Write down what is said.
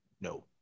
no